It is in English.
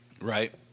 Right